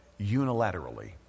unilaterally